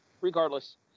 Regardless